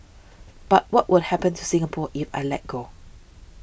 but what will happen to Singapore if I let go